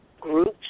groups